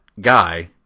guy